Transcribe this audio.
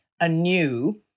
anew